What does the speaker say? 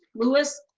louis.